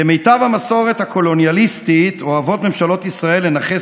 כמיטב המסורת הקולוניאליסטית אוהבות ממשלות ישראל לנכס